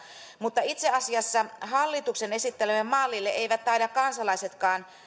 mutta itse asiassa hallituksen esittelemälle mallille eivät taida kansalaisetkaan